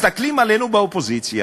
מסתכלים עלינו באופוזיציה,